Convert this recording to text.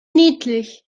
niedlich